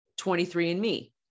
23andMe